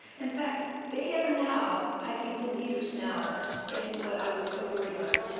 in fact, they are now, i think the leaders now in what i was so worried about.